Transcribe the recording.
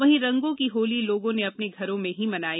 वहीं रंगों की होली लोगों ने अपने घरों में ही मनाई